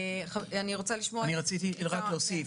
רציתי להוסיף.